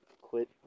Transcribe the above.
quit